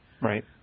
Right